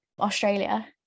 Australia